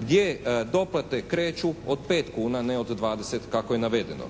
gdje doplate kreću od 5 kuna ne od 20 kako je navedeno.